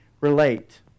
relate